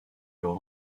leur